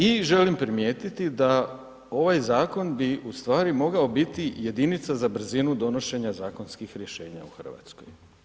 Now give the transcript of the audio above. I želim primijetiti da ovaj zakon bi u stvari mogao biti jedinica za brzinu donošenja zakonskih rješenja u Hrvatskoj.